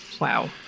Wow